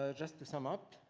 ah just to sum up,